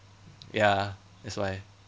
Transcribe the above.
ya that's why